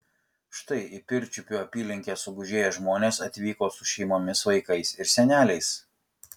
štai į pirčiupių apylinkes sugužėję žmonės atvyko su šeimomis vaikais ir seneliais